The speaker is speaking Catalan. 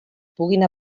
puguin